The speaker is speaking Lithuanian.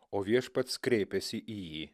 o viešpats kreipėsi į jį